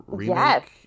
Yes